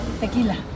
Tequila